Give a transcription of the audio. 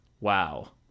wow